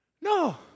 No